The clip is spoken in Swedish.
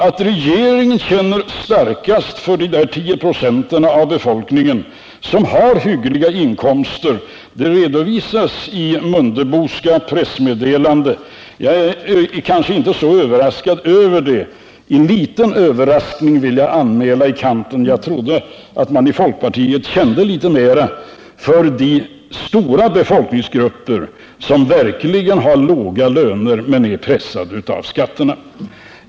Att regeringen känner starkast för de 10 96 av befolkningen som har höga inkomster redovisas i det Mundeboska pressmeddelandet. Jag är kanske inte så överraskad över det. I ett visst avseende vill jag dock anmäla en liten överraskning — jag trodde att man i folkpartiet kände litet mera för de stora befolkningsgrupper som har låga löner men är pressade av skatterna.